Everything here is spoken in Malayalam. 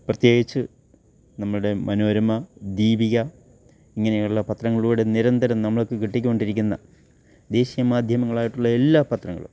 പ്രത്യേകിച്ച് നമ്മുടെ മനോരമ ദീപിക ഇങ്ങനെയുള്ള പത്രങ്ങളിലൂടെ നിരന്തരം നമ്മൾക്ക് കിട്ടിക്കൊണ്ടിരിക്കുന്ന ദേശീയ മാധ്യമങ്ങളായിട്ടുള്ള എല്ലാ പത്രങ്ങളും